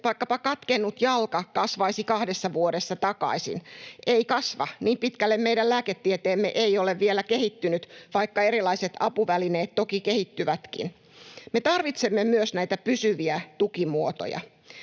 vaikkapa katkennut jalka kasvaisi kahdessa vuodessa takaisin. Ei kasva, niin pitkälle meidän lääketieteemme ei ole vielä kehittynyt, vaikka erilaiset apuvälineet toki kehittyvätkin. Me tarvitsemme myös näitä pysyviä tukimuotoja,